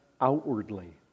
outwardly